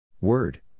word